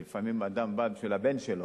כי לפעמים אדם בא בשביל הבן שלו,